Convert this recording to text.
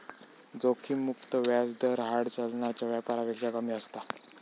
जोखिम मुक्त व्याज दर हार्ड चलनाच्या व्यापारापेक्षा कमी असता